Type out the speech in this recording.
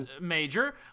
major